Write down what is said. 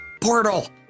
Portal